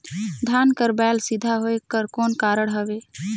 धान कर बायल सीधा होयक कर कौन कारण हवे?